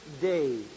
day